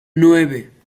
nueve